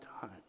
time